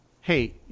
hey